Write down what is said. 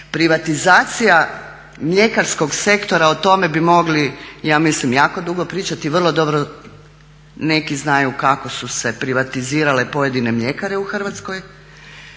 Privatizacija mljekarskog sektora, o tome bi mogli ja mislim jako dugo pričati, vrlo dobro neki znaju kako su se privatizirale pojedine mljekare u Hrvatskoj,